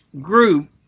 group